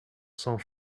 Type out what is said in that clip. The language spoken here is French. cent